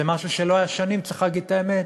זה משהו שלא היה שנים, צריך להגיד את האמת,